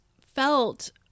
felt